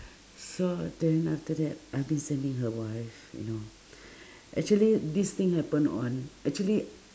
so then after that I've been sending her wife you know actually this thing happen on actually